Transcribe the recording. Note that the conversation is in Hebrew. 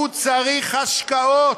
הוא צריך השקעות.